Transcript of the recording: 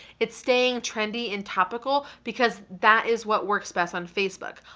it's staying trendy and topical because that is what works best on facebook.